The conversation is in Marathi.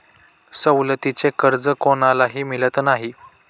सवलतीचे कर्ज कोणालाही मिळत नाही